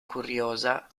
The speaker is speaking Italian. curiosa